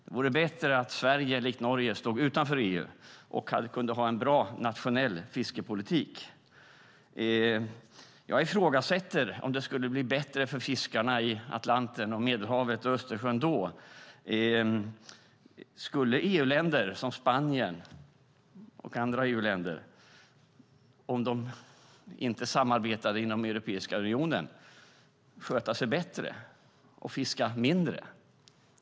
Det vore bättre om Sverige likt Norge stod utanför EU och kunde ha en bra nationell fiskepolitik. Jag ifrågasätter om det då skulle bli bättre för fiskarna i Atlanten, Medelhavet och Östersjön. Skulle Spanien och andra EU-länder, om de inte samarbetade inom Europeiska unionen, sköta sig bättre och fiska mindre?